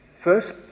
First